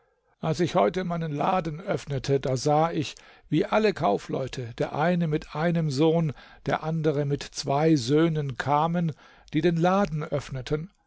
als ich heute meinen laden öffnete da sah ich wie alle kaufleute der eine mit einem sohn der andere mit zwei söhnen kamen die den laden öffneten